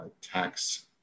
tax